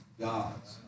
God's